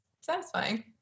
satisfying